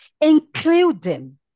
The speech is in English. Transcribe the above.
including